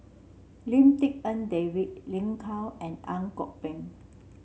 Lim Tik En David Lin Gao and Ang Kok Peng